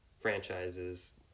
franchises